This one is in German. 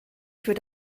für